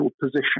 position